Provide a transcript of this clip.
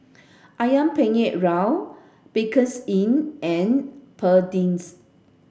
Ayam Penyet Ria Bakerzin and Perdix